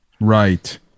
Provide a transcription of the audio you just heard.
Right